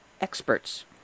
experts